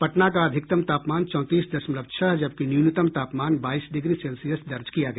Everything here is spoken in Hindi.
पटना का अधिकतम तापमान चौंतीस दशमलव छह जबकि न्यूनतम तापमान बाईस डिग्री सेल्सियस दर्ज किया गया